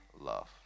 love